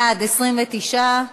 בעד, 29,